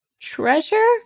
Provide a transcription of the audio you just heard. treasure